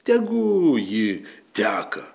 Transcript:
tegu ji teka